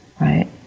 right